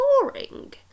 boring